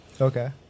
Okay